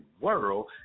world